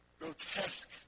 grotesque